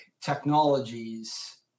technologies